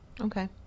okay